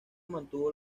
mantuvo